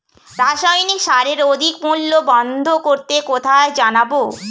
রাসায়নিক সারের অধিক মূল্য বন্ধ করতে কোথায় জানাবো?